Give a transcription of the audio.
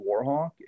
warhawk